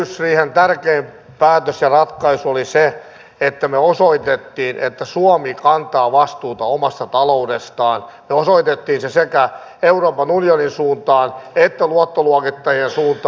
kehysriihen tärkein päätös ja ratkaisu oli se että me osoitimme että suomi kantaa vastuuta omasta taloudestaan ja osoitimme sen sekä euroopan unionin suuntaan että luottoluokittajien suuntaan